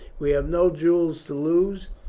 we have no jewels to lose,